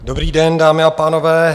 Dobrý den, dámy a pánové.